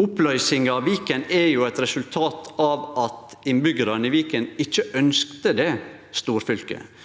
Oppløysinga av Viken er eit resultat av at innbyggjarane i Viken ikkje ønskte det storfylket.